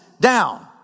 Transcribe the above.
down